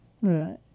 Right